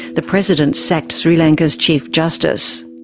the president sacked sri lanka's chief justice.